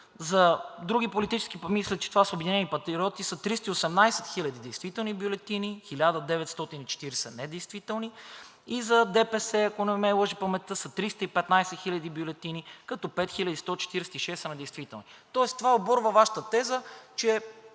За други политически… мисля, че това са „Обединени патриоти“, са 318 хиляди действителни бюлетини, 1940 недействителни, и за ДПС, ако не ме лъже паметта, са 315 хиляди бюлетини, като 5146 са недействителни. Тоест това оборва Вашата теза, че